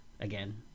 again